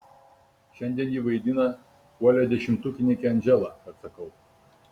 šiandien ji vaidina uolią dešimtukininkę andželą atsakau